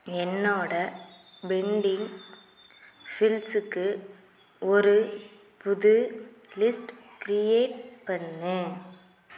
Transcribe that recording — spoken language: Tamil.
என்னோட பெண்டிங் ஃபில்ஸ்க்கு ஒரு புது லிஸ்ட் க்ரியேட் பண்ணு